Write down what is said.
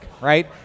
right